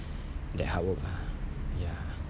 that hard work ah ya